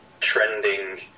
trending